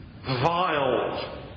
vile